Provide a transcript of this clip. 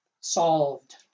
solved